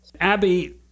Abby